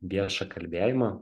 viešą kalbėjimą